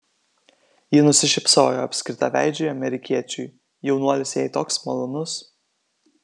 ji nusišypsojo apskritaveidžiui amerikiečiui jaunuolis jai toks malonus